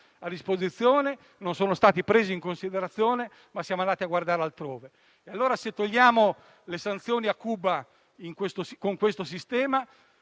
a disposizione, questi non siano stati presi in considerazione, ma siamo andati a guardare altrove. Se togliamo le sanzioni a Cuba con questo sistema,